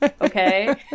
okay